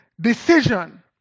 decision